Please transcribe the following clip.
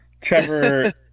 Trevor